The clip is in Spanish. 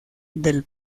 del